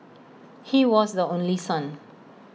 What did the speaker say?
he was the only son